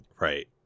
Right